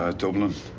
ah dublin.